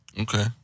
Okay